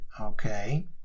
Okay